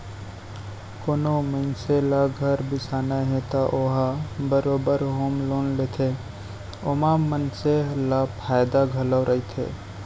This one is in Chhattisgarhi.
कोनो मनसे ल घर बिसाना हे त ओ ह बरोबर होम लोन लेथे ओमा मनसे ल फायदा घलौ रहिथे